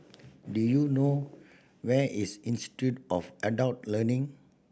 do you know where is Institute of Adult Learning